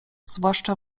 zwłaszcza